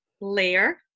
layer